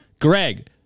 Greg